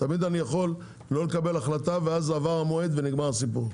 תמיד אני יכול לא לקבל החלטה ואז עבר המועד ונגמר הסיפור.